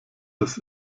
das